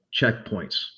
checkpoints